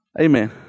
Amen